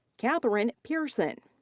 katherine pearson.